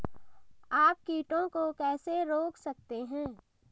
आप कीटों को कैसे रोक सकते हैं?